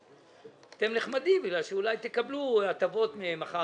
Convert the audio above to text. אתם נחמדים כי אולי אחר כך תקבלו מהם הטבות.